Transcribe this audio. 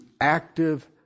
active